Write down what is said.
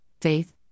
faith